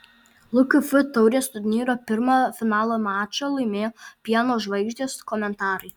lkf taurės turnyro pirmą finalo mačą laimėjo pieno žvaigždės komentarai